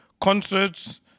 concerts